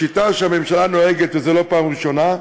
השיטה שהממשלה נוהגת בה, וזו לא הפעם הראשונה,